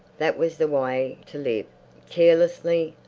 that was the way to live carelessly,